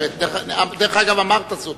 דרך אגב, אמרת זאת.